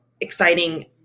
exciting